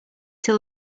till